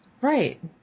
Right